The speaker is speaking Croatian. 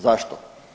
Zašto?